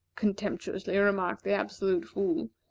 contemptuously remarked the absolute fool.